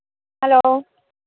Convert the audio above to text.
hello